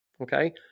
okay